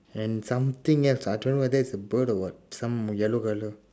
and something else ah I don't know whether it's a bird or what some yellow colour